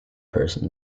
person